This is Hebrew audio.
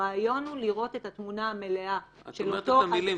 הרעיון הוא לראות את התמונה המלאה --- את אומרת מילים.